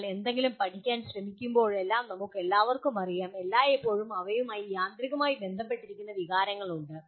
നമ്മൾ എന്തെങ്കിലും പഠിക്കാൻ ശ്രമിക്കുമ്പോഴെല്ലാം നമുക്കെല്ലാവർക്കും അറിയാം എല്ലായ്പ്പോഴും അവയുമായി യാന്ത്രികമായി ബന്ധപ്പെട്ടിരിക്കുന്ന വികാരങ്ങൾ ഉണ്ട്